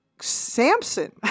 Samson